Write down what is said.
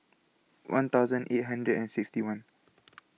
one thousand eight hundred and sixty one